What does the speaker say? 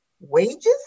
wages